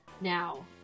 now